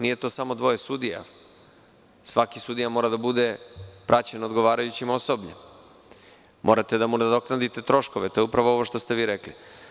Nije to samo dvoje sudija, svaki sudija mora da bude praćen odgovarajućim osobljem, morate da mu nadoknadite troškove, a to je upravo ovo što ste vi rekli.